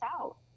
out